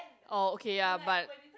oh okay ya but